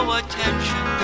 attention